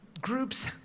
groups